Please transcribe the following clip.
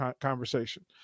conversation